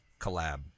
collab